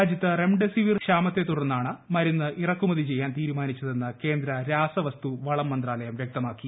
രാജ്യത്ത് റംഡെസിവിർ ക്ഷാമത്തെ തുർന്നാണ് മരുന്ന് ഇറക്കുമതി ചെയ്യാൻ തീരുമാനിച്ചതെന്ന് കേന്ദ്ര രാസ വസ്തു വള മന്ത്രാലയം വ്യക്തമാക്കി